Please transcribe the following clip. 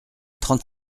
trente